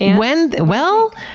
when? well,